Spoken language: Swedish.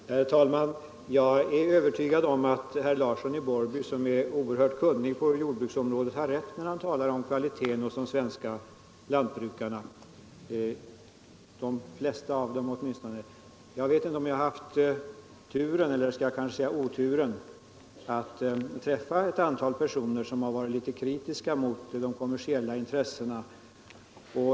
Jordbruksreglering, Herr talman! Jag är övertygad om att herr Larsson i Borrby, som är = m.m. mycket kunnig på jordbruksområdet, har rätt när han talar om kvaliteten på de svenska jordbrukarna. Jag har dock haft turen — eller kanske jag skall säga oturen — att träffa ett antal personer som har varit litet kritiska mot de kommersiella intressena.